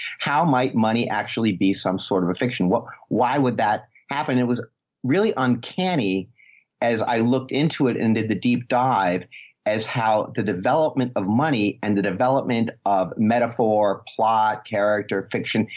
how might money actually be some sort of a fiction? what, why would that happen? it was. really uncanny as i looked into it and did the deep dive as how the development of money and the development of metaphor, plot, character fiction,